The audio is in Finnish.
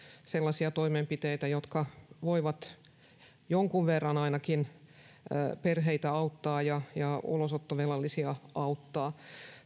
sellaisia toimenpiteitä jotka voivat ainakin jonkun verran perheitä auttaa ja ja ulosottovelallisia auttaa